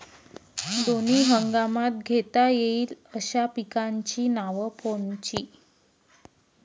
दोनी हंगामात घेता येईन अशा पिकाइची नावं कोनची?